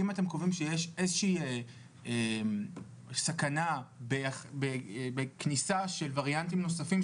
אם אתם קובעים שיש איזושהי סכנה בכניסה של וריאנטים נוספים,